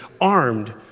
armed